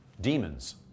Demons